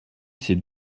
ces